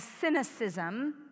cynicism